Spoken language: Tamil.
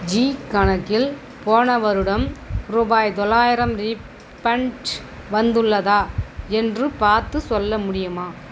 ஜீ கணக்கில் போன வருடம் ரூபாய் தொள்ளாயிரம் ரீஃபண்ட் வந்துள்ளதா என்று பார்த்துச் சொல்ல முடியுமா